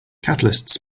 catalysts